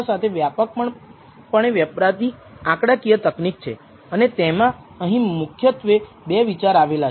આપણે માનીએ છીએ કે એરર સામાન્ય રીતે વિતરિત કરવામાં આવે છે